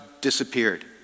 disappeared